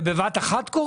זה קורה בבת אחת?